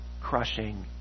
crushing